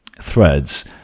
threads